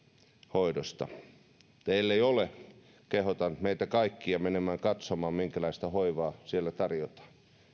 hoidosta ellei ole kehotan meitä kaikkia menemään katsomaan minkälaista hoivaa siellä tarjotaan